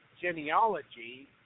genealogy